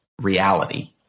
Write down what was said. reality